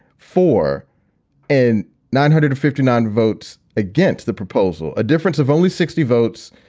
four and nine hundred fifty nine votes against the proposal. a difference of only sixty votes.